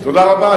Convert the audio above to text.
תודה רבה.